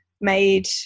made